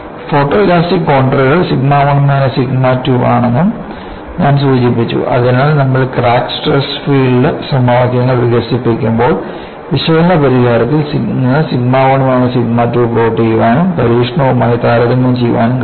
photoelastic കോൺണ്ടറുകൾ sigma 1 minus sigma 2 ആണെന്നും ഞാൻ സൂചിപ്പിച്ചു അതിനാൽ നമ്മൾ ക്രാക്ക് സ്ട്രെസ് ഫീൽഡ് സമവാക്യങ്ങൾ വികസിപ്പിക്കുമ്പോൾ വിശകലന പരിഹാരത്തിൽ നിന്ന് സിഗ്മ 1 മൈനസ് സിഗ്മ 2 പ്ലോട്ട് ചെയ്യാനും പരീക്ഷണവുമായി താരതമ്യം ചെയ്യാനും കഴിയും